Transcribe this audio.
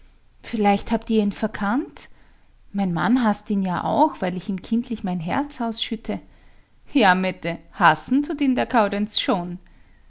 vielleicht habt ihr ihn verkannt mein mann haßt ihn ja auch weil ich ihm kindlich mein herz ausschütte ja mette hassen tut ihn der gaudenz schon